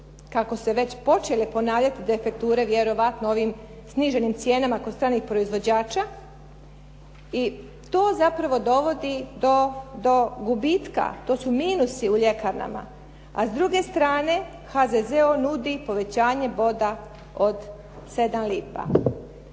kako se već počele ponavljati defekture vjerojatno ovim sniženim cijenama kod stranih proizvođača i to zapravo dovodi do gubitka, to su minusi u ljekarnama a s druge strane HZZO nudi povećanje boda od 7 lipa.